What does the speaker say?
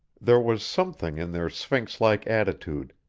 there was something in their sphynx-like attitude,